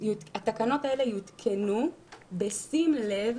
התקנות האלה יותקנו בשים לב